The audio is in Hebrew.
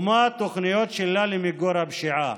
ומה התוכניות שלה למיגור הפשיעה?